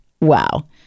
Wow